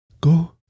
Go